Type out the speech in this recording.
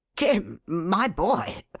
jim! my boy!